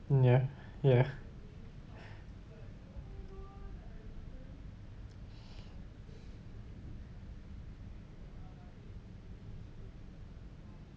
ya ya